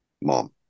mom